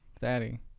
Daddy